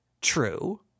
true